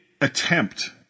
attempt